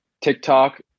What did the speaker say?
TikTok